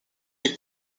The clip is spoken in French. des